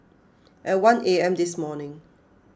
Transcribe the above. at one A M this morning